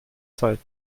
zeit